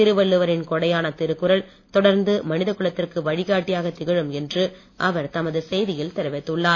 திருவள்ளுவரின் கொடையான திருக்குறள் தொடர்ந்து மனித குலத்திற்கு வழகாட்டியாக திகழும் என்று அவர் தமது செய்தியில் தெரிவித்துள்ளார்